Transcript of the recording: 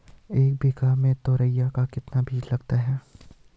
एक बीघा में तोरियां का कितना बीज लगता है?